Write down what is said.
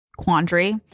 Quandary